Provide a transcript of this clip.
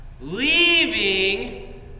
Leaving